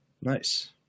Nice